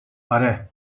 آره